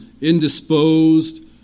indisposed